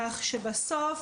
כך שבסוף,